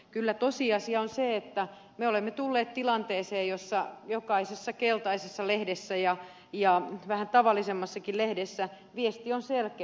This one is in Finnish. kyllä tosiasia on se että me olemme tulleet tilanteeseen jossa jokaisessa keltaisessa ja vähän tavallisemmassakin lehdessä viesti on selkeä